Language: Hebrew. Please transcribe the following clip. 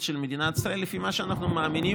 של מדינת ישראל לפי מה שאנחנו מאמינים,